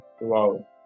Wow